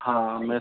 हाँ मैं